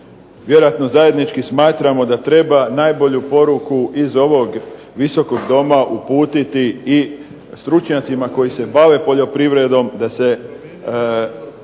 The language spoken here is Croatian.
vjerojatno zajednički smatramo da treba najbolju poruku iz ovog visokog doma uputiti i stručnjacima koji se bave poljoprivredom, da se